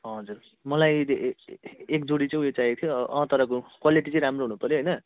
हजुर मलाई ए एक जोडी चाहिँ उयो चाहिएको थियो तर क्वालिटी चाहिँ राम्रो हुनु पऱ्यो होइन